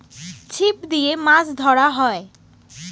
ছিপ দিয়ে মাছ ধরা হয়